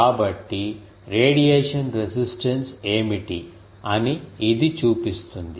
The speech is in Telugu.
కాబట్టి రేడియేషన్ రెసిస్టెన్స్ ఏమిటి అని ఇది చూపిస్తుంది